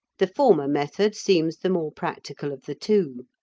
the former method seems the more practical of the two.